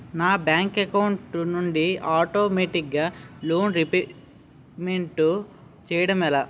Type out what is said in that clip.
నా bank account నుండి ఆటోమేటిగ్గా లోన్ రీపేమెంట్ చేయడం ఎలా?